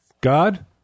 God